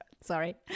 Sorry